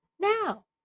Now